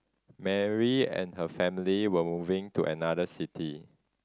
Mary and her family were moving to another city